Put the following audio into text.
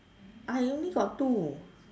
I only got two